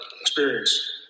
experience